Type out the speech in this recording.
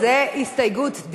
לא, זו הסתייגות דיבור.